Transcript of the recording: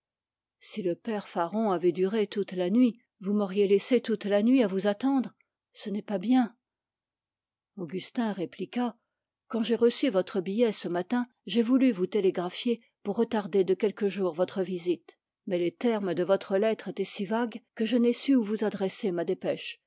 si le père faron avait duré toute la nuit vous m'auriez laissée toute la nuit à vous attendre ce n'est pas bien augustin répliqua quand j'ai reçu votre billet ce matin j'ai voulu télégraphier pour retarder de quelques jours votre visite mais les termes de votre lettre étaient si vagues que je n'a su où vous adresser ma dépêche